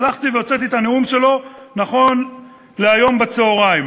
הלכתי והוצאתי את הנאום שלו נכון להיום בצהריים.